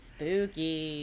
Spooky